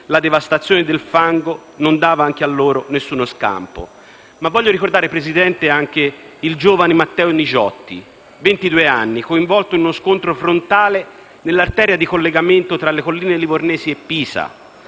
la devastazione del fango non dava anche a loro nessuno scampo. Voglio ricordare anche il giovane Matteo Nigiotti, 22 anni, coinvolto in uno scontro frontale nell'arteria di collegamento tra le colline livornesi e Pisa